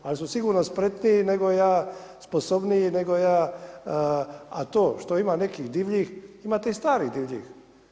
Ali su sigurno spretniji nego ja, sposobniji nego ja, a to što ima nekih divljih, imate i starih divljih.